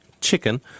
Chicken